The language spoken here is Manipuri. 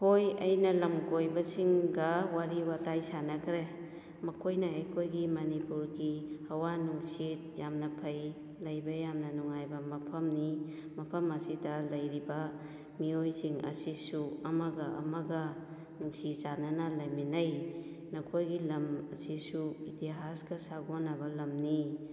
ꯍꯣꯏ ꯑꯩꯅ ꯂꯝ ꯀꯣꯏꯕꯁꯤꯡꯒ ꯋꯥꯔꯤ ꯋꯥꯇꯥꯏ ꯁꯥꯟꯅꯈ꯭ꯔꯦ ꯃꯈꯣꯏꯅ ꯑꯩꯈꯣꯏꯒꯤ ꯃꯅꯤꯄꯨꯔꯒꯤ ꯍꯋꯥ ꯅꯨꯡꯁꯤꯠ ꯌꯥꯝꯅ ꯐꯩ ꯂꯩꯕ ꯌꯥꯝꯅ ꯅꯨꯡꯉꯥꯏꯕ ꯃꯐꯝꯅꯤ ꯃꯐꯝ ꯑꯁꯤꯗ ꯂꯩꯔꯤꯕ ꯃꯤꯑꯣꯏꯁꯤꯡ ꯑꯁꯤꯁꯨ ꯑꯃꯒ ꯑꯃꯒ ꯅꯨꯡꯁꯤ ꯆꯥꯟꯅꯅ ꯂꯩꯃꯤꯟꯅꯩ ꯅꯈꯣꯏꯒꯤ ꯂꯝ ꯑꯁꯤꯁꯨ ꯏꯇꯤꯍꯥꯁꯀ ꯁꯥꯒꯣꯟꯅꯕ ꯂꯝꯅꯤ